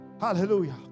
Hallelujah